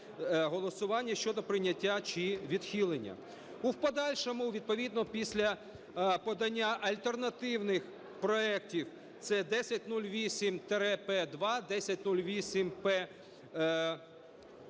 голосування щодо прийняття чи відхилення. В подальшому, відповідно після подання альтернативних проектів - це 1008-П2, 1008-П1,